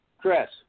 Chris